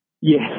Yes